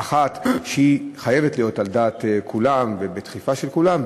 אחת שחייבת להיות על דעת כולם ובדחיפה של כולם.